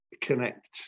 connect